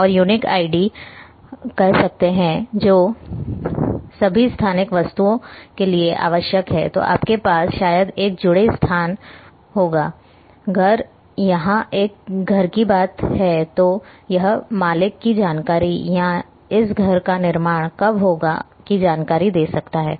और unique ID कह सकते हैं जो सभी स्थानिक वस्तुओं के लिए आवश्यक है तो आपके पास शायद एक जेड स्थान होगा घर यहां एक घर की बात है तो यह मालिक की जानकारी या इस घर का निर्माण कब हुआ होगा की जानकारी दे सकता है